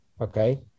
okay